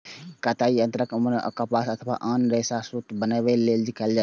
कताइ यंत्रक उपयोग कपास अथवा आन रेशा सं सूत बनबै लेल कैल जाइ छै